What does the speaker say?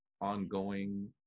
ongoing